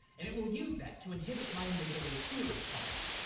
and it will use that to inhibit my amygdala's fear response.